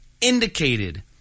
indicated